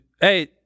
Hey